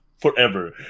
forever